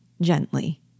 gently